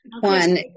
One